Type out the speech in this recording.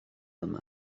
yma